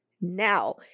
Now